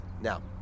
Now